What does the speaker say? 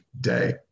day